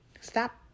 Stop